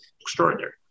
Extraordinary